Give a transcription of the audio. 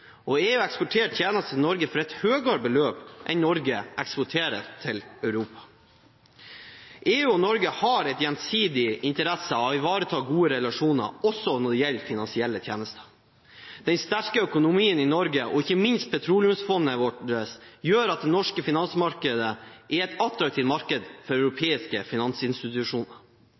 EU. EU eksporterer tjenester til Norge for et høyere beløp enn det Norge eksporterer for til Europa. EU og Norge har gjensidig interesse av å ivareta gode relasjoner, også når det gjelder finansielle tjenester. Den sterke økonomien i Norge og ikke minst petroleumsfondet vårt gjør at det norske finansmarkedet er et attraktivt marked for europeiske finansinstitusjoner.